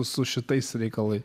su šitais reikalai